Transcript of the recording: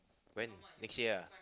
when next year ah